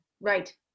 right